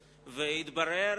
והתברר,